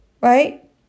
Right